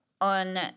on